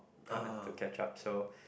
uh I have to catch up so